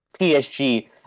PSG